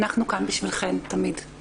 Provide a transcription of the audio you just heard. אנחנו כאן בשבילכן תמיד.